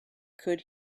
could